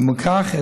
ומכך,